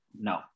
No